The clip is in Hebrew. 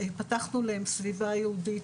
פתחנו להם סביבה ייעודית,